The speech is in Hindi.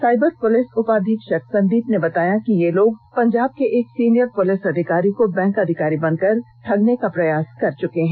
साइबर पुलिस उपाधीक्षक संदीप ने बताया कि ये लोग पंजाब के एक सीनियर पुलिस अधिकारी को बैंक अधिकारी बनकर ठगने का प्रयास कर चुके है